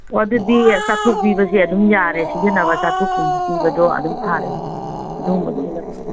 ꯑꯣ ꯑꯗꯨꯗꯤ ꯆꯥꯇꯔꯨꯛ ꯄꯤꯕꯁꯦ ꯑꯗꯨꯝ ꯌꯥꯔꯦ ꯆꯥꯇꯔꯨꯛꯀꯨꯝꯕ ꯄꯤꯕꯗꯣ ꯑꯗꯨꯝ ꯐꯔꯦ ꯑꯗꯨꯒꯨꯝꯕꯗꯣ ꯑꯣꯏꯅ